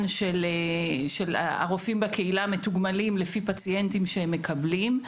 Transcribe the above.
הרופאים מתוגמלים לפי פציינטים שהם מקבלים.